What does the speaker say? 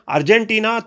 Argentina